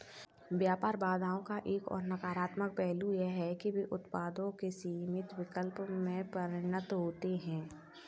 व्यापार बाधाओं का एक और नकारात्मक पहलू यह है कि वे उत्पादों के सीमित विकल्प में परिणत होते है